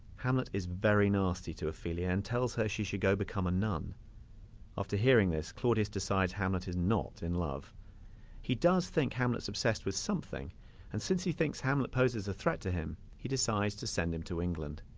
hamlet is very nasty to ophelia and tells her she should go become a nun after hearing this claudius decides hamlet is not in love he does think hamlet's obsessed with something and since he thinks hamlet poses a threat to him he decides to send him to england